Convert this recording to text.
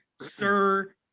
sir